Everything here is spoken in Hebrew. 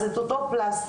אז את אותו פלסטר,